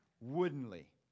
woodenly